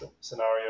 scenario